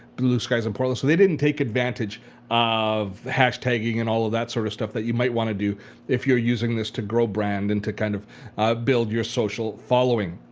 blue skies in portland. so they didn't take advantage of hashtagging and all of that sort of stuff that you might want to do if you're using this to grow a brand and to kind of build your social following.